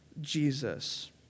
Jesus